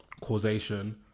causation